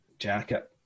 jacket